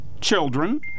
children